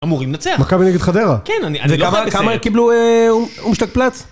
אמורים לנצח. מכבי נגד חדרה? כן, אני, אני לא חי בסרט. וכמה, כמה קיבלו אומשתג פלץ?